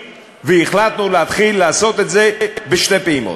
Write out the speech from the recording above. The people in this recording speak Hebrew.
והחלטנו להתחיל לעשות את זה בשתי פעימות,